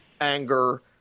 anger